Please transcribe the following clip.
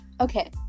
Okay